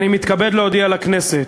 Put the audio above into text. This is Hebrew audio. אני מתכבד להודיע לכנסת,